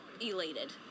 elated